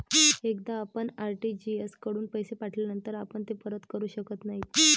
एकदा आपण आर.टी.जी.एस कडून पैसे पाठविल्यानंतर आपण ते परत करू शकत नाही